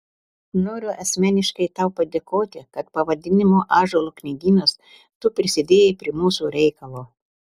noriu asmeniškai tau padėkoti kad pavadinimu ąžuolo knygynas tu prisidėjai prie mūsų reikalo